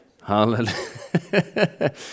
Hallelujah